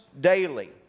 daily